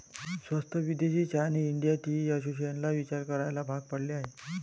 स्वस्त विदेशी चहाने इंडियन टी असोसिएशनला विचार करायला भाग पाडले आहे